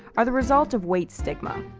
are the result of weight stigma,